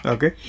Okay